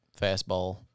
Fastball